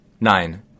Nine